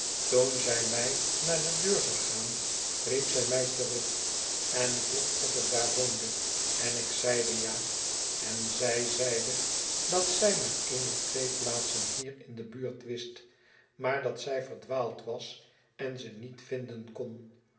toen zij mij naar de deur zag gaan riep zij mij terug en vroeg of ik daar woonde en ik zeide ja en zij zeide dat zij maar een of twee plaatsen hier in de buurt wist maar dat zij verdwaald was en ze niet vinden kon